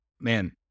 man